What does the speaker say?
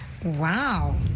Wow